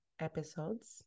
episodes